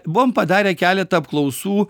buvom padarę keletą apklausų